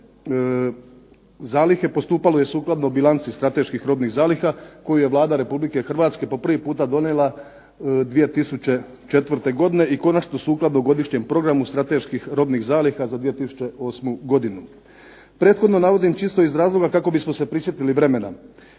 zalihe postupalo je sukladno bilanci strateških robnih zaliha koju je Vlada Republike Hrvatske po prvi puta donijela 2004. godine. I konačno sukladno Godišnjem programu strateških robnih zaliha za 2008. godinu. Prethodno navodim čisto iz razloga kako bismo se prisjetili vremena